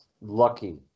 lucky